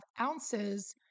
ounces